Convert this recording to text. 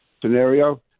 scenario